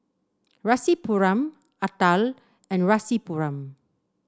Rasipuram Atal and Rasipuram